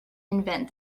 invent